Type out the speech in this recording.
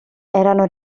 erano